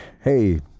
hey